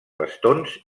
bastons